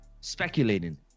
speculating